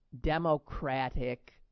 democratic